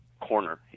corner